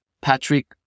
Patrick